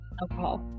alcohol